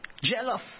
jealous